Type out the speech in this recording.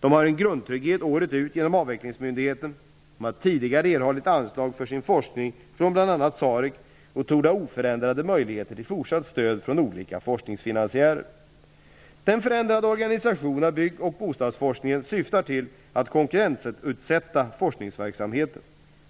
De har en grundtrygghet året ut genom avvecklingsmyndigheten. De har tidigare erhållit anslag för sin forskning från bl.a. SAREC och torde ha oförändrade möjligheter till fortsatt stöd från olika forskningsfinansiärer. Den förändrade organisationen av bygg och bostadsforskningen syftar till att konkurrensutsätta forskningsverksamheten.